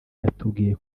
yatubwiye